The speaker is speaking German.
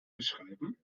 beschreiben